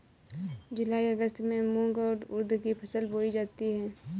जूलाई अगस्त में मूंग और उर्द की फसल बोई जाती है